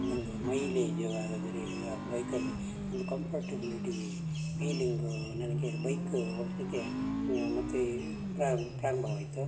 ಒಂದು ಮೈಲೇಜು ಅದರ ಬೈಕಲ್ಲಿ ಒಂದು ಕಂಫರ್ಟೆಬಿಲಿಟೀ ಫೀಲಿಂಗೂ ನನಗೆ ಬೈಕ ಓಡಿಸ್ಲಿಕ್ಕೆ ಮತ್ತೆ ಪ್ರಾರಂಭ ಪ್ರಾರಂಭವಾಯಿತು